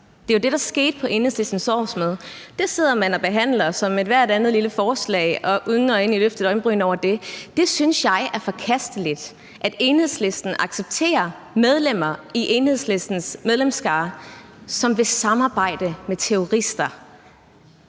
Det er jo det, der skete på Enhedslistens årsmøde. Det sidder man og behandler som ethvert andet lille forslag og uden egentlig at løfte et øjenbryn over det. Jeg synes, det er forkasteligt, at Enhedslisten accepterer medlemmer i Enhedslistens medlemsskare, som vil samarbejde med terrorister.